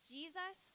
jesus